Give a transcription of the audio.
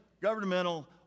governmental